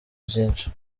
vyinshi